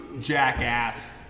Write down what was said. jackass